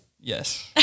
Yes